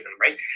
right